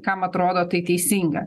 kam atrodo tai teisinga